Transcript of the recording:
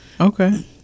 Okay